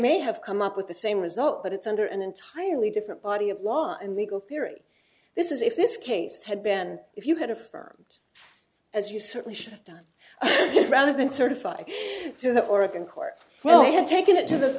have come up with the same result but it's under an entirely different body of law and legal theory this is if this case had been if you had affirmed as you certainly should have done rather than certify to the oregon court well you have taken it to th